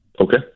Okay